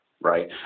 Right